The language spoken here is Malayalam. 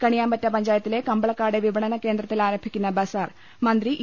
കണി യാമ്പറ്റ പഞ്ചായത്തിലെ കമ്പളക്കാട് വിപ്ണന കേന്ദ്രത്തിൽ ആരംഭി ക്കുന്ന ബസാർ മന്ത്രി ഇ